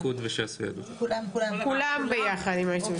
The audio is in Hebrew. כולם ביחד.